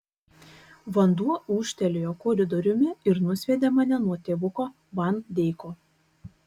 vanduo ūžtelėjo koridoriumi ir nusviedė mane nuo tėvuko van deiko